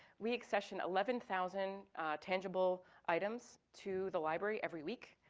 we accession eleven thousand tangible items to the library every week.